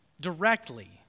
directly